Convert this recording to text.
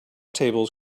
tables